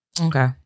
Okay